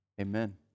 Amen